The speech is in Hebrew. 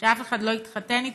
שאף אחד לא יתחתן איתי,